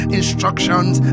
instructions